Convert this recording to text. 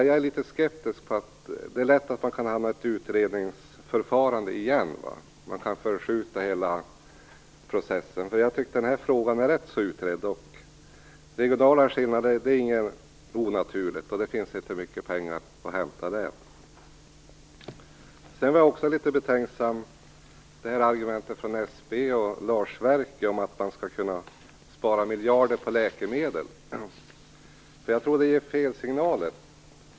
Jag är litet skeptiskt till detta. Det är lätt att man hamnar i ett utredningsförfarande igen, och det kan förskjuta hela processen. Jag tycker att den här frågan är ganska ordentligt utredd. Det är ingenting onaturligt att det finns regionala skillnader. Det finns inte mycket pengar att hämta där. Sedan var jag också litet betänksam inför argumentet från SBU och Lars Werkö om att man skall kunna spara miljarder på läkemedel. Jag tror att det ger fel signaler.